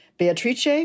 Beatrice